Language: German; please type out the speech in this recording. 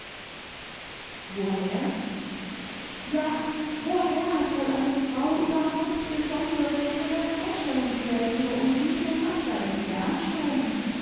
woher ja woher hat wohl eine frau überhaupt besondere von der vorstellungswelt ihrer umgebung abweichende anschauungen